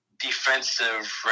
defensive